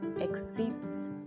exceeds